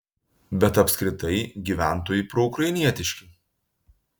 bet apskritai gyventojai proukrainietiški